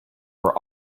were